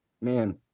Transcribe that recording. man